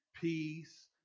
peace